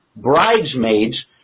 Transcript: bridesmaids